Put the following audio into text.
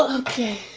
ah okay,